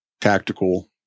tactical